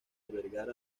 albergar